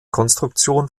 konstruktion